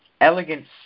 elegance